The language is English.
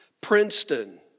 Princeton